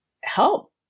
help